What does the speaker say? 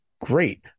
great